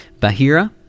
Bahira